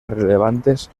relevantes